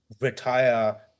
retire